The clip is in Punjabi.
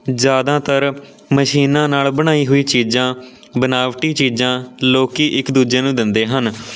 ਜ਼ਿਆਦਾਤਰ ਮਸ਼ੀਨਾਂ ਨਾਲ਼ ਬਣਾਈ ਹੋਈ ਚੀਜ਼ਾਂ ਬਨਾਵਟੀ ਚੀਜ਼ਾਂ ਲੋਕ ਇੱਕ ਦੂਜੇ ਨੂੰ ਦਿੰਦੇ ਹਨ